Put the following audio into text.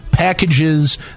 Packages